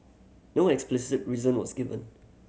no explicit reason was given